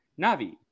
Navi